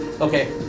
Okay